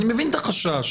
אני מבין את החשש